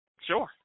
Sure